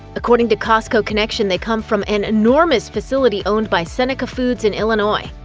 according to costco connection, they come from an enormous facility owned by seneca foods in illinois.